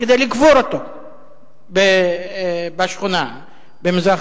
כדי לקבור אותו בשכונה במזרח-ירושלים,